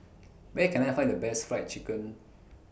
Where Can I Find The Best Fried Chicken